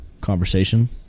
conversation